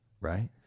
Right